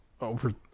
over